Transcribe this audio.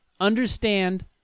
Understand